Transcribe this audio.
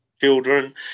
children